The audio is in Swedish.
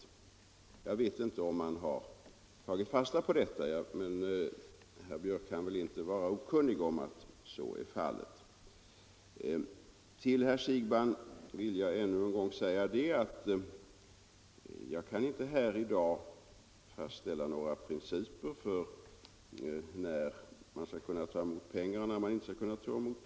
Jag vet inte om man har tagit fasta på detta, men herr Björck kan väl inte vara okunnig om denna inbjudan. Sedan vill jag till herr Siegbahn ännu en gång säga att jag inte här i dag kan fastställa några principer för när man skall kunna ta emot pengar eller inte från utlandet.